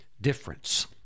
difference